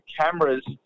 cameras